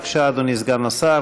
בבקשה, אדוני סגן השר.